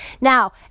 Now